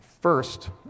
First